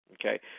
okay